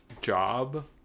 job